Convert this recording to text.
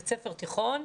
בית ספר תיכון.